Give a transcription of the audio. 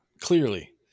clearly